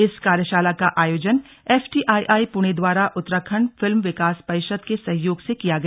इस कार्यशाला का आयोजन एफटीआईआई पुणे द्वारा उत्तराखण्ड फिल्म विकास परिषद के सहयोग से किया गया